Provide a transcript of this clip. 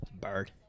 bird